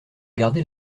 gardez